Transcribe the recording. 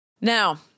Now